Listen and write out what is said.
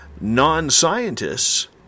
non-scientists